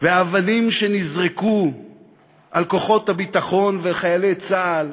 והאבנים שנזרקו על כוחות הביטחון וחיילי צה"ל